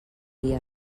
dir